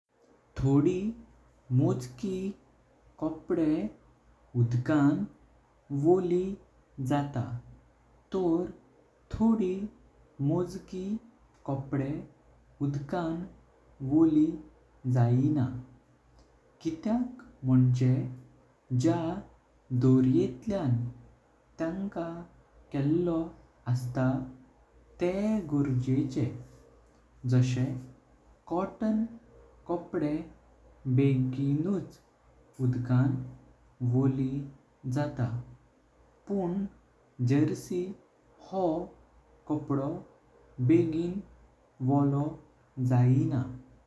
थोडी मोजकी कपडे उड़कान वळी जाता। तर थोडी मोजकी कपडे उड़कान वळी जायना। कित्याक मोनचें ज्या दोरेटल्यां तेंका केले आसता। ते गोरगेचे जाशे कॅटन कपडे वेगीनच उड़कान वळी जाता। पण जर्सी हो कपडो वेगीन वळो जायना।